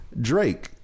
Drake